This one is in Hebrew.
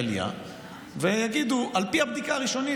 עלייה ויגידו שעל פי הבדיקה הראשונית,